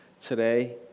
today